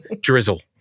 drizzle